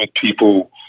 people